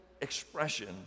expression